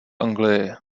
anglii